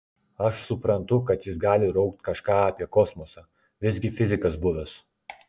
aš suprantu kad jis gali raukt kažką apie kosmosą visgi fizikas buvęs